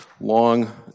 long